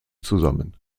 zusammen